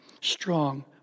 Strong